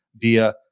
via